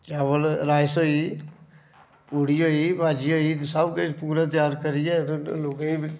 चावल राइस होई गेई पूड़ी होई गेई भाजी होई गेई ते सब किश पूरा त्यार करियै लोकें गी बी